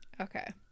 okay